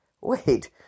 wait